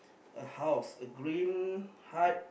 a house a green hut